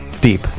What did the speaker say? deep